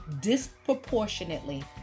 disproportionately